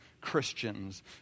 Christians